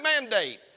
mandate